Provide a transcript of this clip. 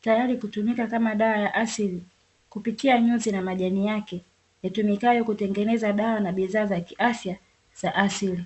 tayari kutumika kama dawa ya asili kupitia nyuzi na majani yake yatumikayo kutengeneza dawa na bidhaa za kiafya za asili .